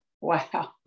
Wow